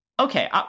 Okay